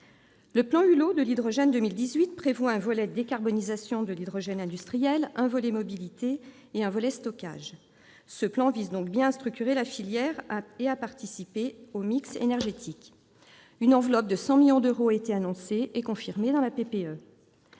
Nicolas Hulot l'an dernier, contient un volet « décarbonisation de l'hydrogène industriel », un volet « mobilité » et un volet « stockage ». Il vise donc bien à structurer la filière et à participer au mix énergétique. Une enveloppe de 100 millions d'euros a été annoncée et confirmée dans la